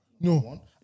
No